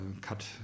cut